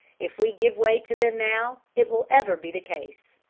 if we give way to them now, it will ever be the case.